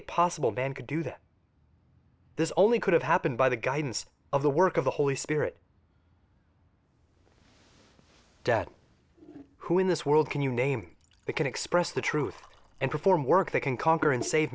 it possible band could do that this only could have happened by the guidance of the work of the holy spirit debt who in this world can you name it can express the truth and perform work they can conquer and save